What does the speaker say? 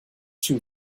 too